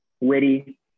witty